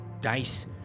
Dice